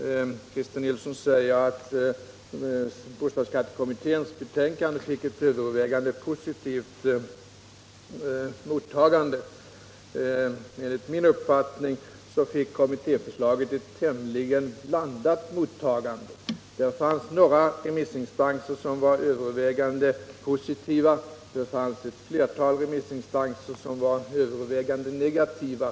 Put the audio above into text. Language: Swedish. Christer Nilsson säger att bostadsskattekommitténs betänkande fick ett övervägande positivt mottagande. Enligt min uppfattning fick kommittéförslaget ett tämligen blandat mottagande. Några remissinstanser var visserligen övervägande positiva, men flertalet var övervägande negativa.